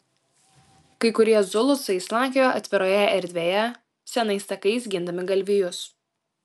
kai kurie zulusai slankiojo atviroje erdvėje senais takais gindami galvijus